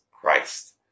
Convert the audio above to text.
Christ